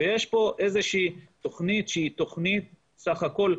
ויש פה תוכנית שהיא טובה מאוד.